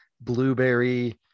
blueberry